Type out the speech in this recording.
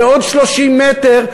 לעוד 30 מ"ר,